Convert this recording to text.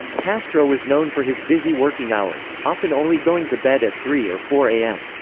castro was known for his busy working hours, often only going to bed at three or four a m.